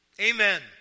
Amen